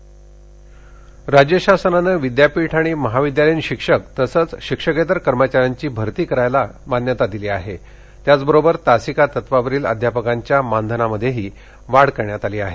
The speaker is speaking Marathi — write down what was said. शिक्षक भरती राज्य शासनानं विद्यापीठ आणि महाविद्यालयीन शिक्षक तसंच शिक्षकेतर कर्मचाऱ्यांची भरती करायला मान्यता दिली आहे त्याच बरोबर तासिका तत्वावरील अध्यापकांच्या मानधनामध्येही वाढ करण्यात आली आहे